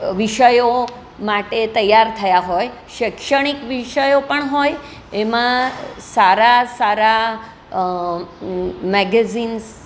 વિષયો માટે તૈયાર થયા હોય શૈક્ષણિક વિષયો પણ હોય એમાં સારા સારા મેગેઝીન્સ